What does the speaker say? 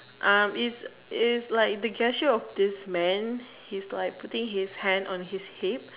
um its its like the gesture of this man he's like putting his hands on his hips